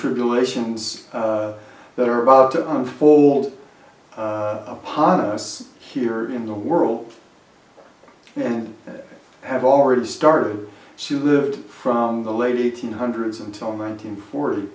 tribulations that are about to unfold upon us here in the world and have already started she lived from the lady eighteen hundreds until nineteen forty